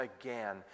again